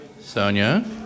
Sonia